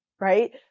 Right